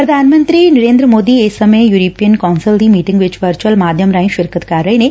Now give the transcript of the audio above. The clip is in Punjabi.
ਪ੍ਰਧਾਨ ਮੰਤਰੀ ਨਰੇਂਦਰ ਮੋਦੀ ਇਸ ਸਮੇਂ ਯੁਰਪੀਨ ਕੌਂਸਲ ਦੀ ਮੀਟਿੰਗ ਵਿਚ ਵਰਚੁਅਲ ਮਾਧਿਅਮ ਰਾਹੀਂ ਸ਼ਿਰਕਤ ਕਰ ਰਹੇ ਨੇ